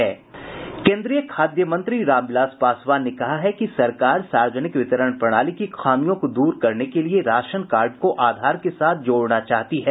केन्द्रीय खाद्य मंत्री रामविलास पासवान ने कहा है कि सरकार सार्वजनिक वितरण प्रणाली की खामियों को दूर करने के लिए राशन कार्ड को आधार के साथ जोड़ना चाहती है